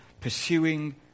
pursuing